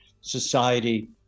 society